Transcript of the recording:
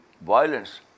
violence